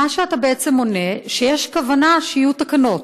מה שאתה בעצם עונה הוא שיש כוונה שיהיו תקנות.